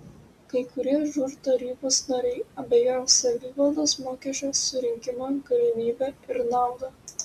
kai kurie žūr tarybos nariai abejoja savivaldos mokesčio surinkimo galimybe ir nauda